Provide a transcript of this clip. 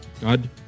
God